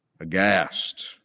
aghast